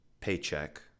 paycheck